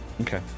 Okay